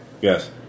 Yes